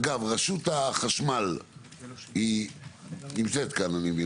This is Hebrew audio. אגב, אני מבין שרשות החשמל נמצאת כאן.